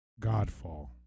Godfall